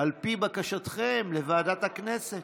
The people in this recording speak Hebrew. על פי בקשתכם, לוועדת הכנסת.